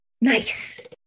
nice